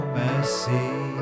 messy